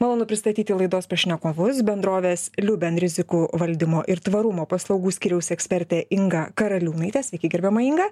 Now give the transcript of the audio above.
malonu pristatyti laidos pašnekovus bendrovės liuben rizikų valdymo ir tvarumo paslaugų skyriaus ekspertė inga karaliūnaitė sveiki gerbiama inga